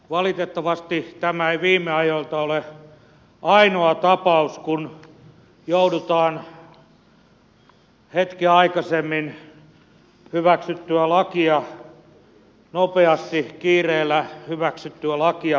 valitettavasti tämä ei viime ajoilta ole ainoa tapaus kun joudutaan hetkeä aikaisemmin hyväksyttyä lakia nopeasti kiireellä hyväksyttyä lakia paikkaamaan